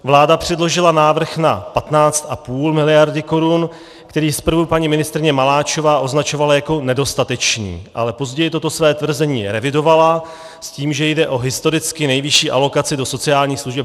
Vláda předložila návrh na 15,5 mld. korun, který zprvu paní ministryně Maláčová označovala jako nedostatečný, ale později toto své tvrzení revidovala s tím, že jde o historicky nejvyšší alokaci do sociálních služeb.